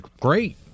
great